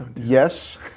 yes